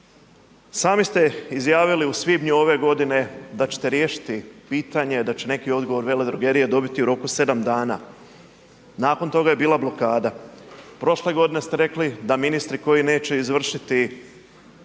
Sami ste izjavili u svibnju ove godine da ćete riješiti pitanje, da će neki odgovor veledrogerije dobiti u roku 7 dana, nakon toga je bila blokada, prošle godine ste rekli da ministri koji neće izvršiti